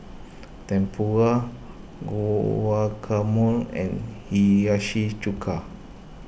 Tempura Guacamole and Hiyashi Chuka